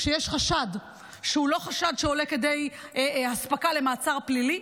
כשיש חשד שהוא לא חשד שעולה כדי הספקה למעצר פלילי,